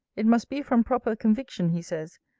it must be from proper conviction, he says,